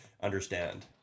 understand